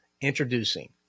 Introducing